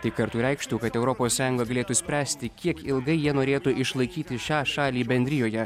tai kartu reikštų kad europos sąjunga galėtų spręsti kiek ilgai jie norėtų išlaikyti šią šalį bendrijoje